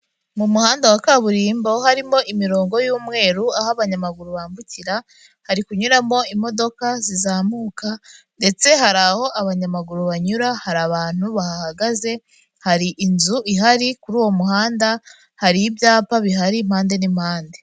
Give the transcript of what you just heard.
Mu muhanda wa kaburimbo harimo imirongo y'umweru, aho abanyamaguru bambukira, hari kunyuramo imodoka zizamuka ndetse hari aho abanyamaguru banyura, hari abantu bahahagaze, hari inzu ihari kuri uwo muhanda, hari ibyapa bihari, impande n'impande.